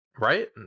right